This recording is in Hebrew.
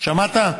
שמעת?